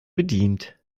bedient